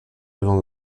devant